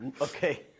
Okay